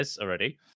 already